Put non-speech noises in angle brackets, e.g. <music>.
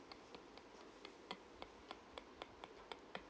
<laughs>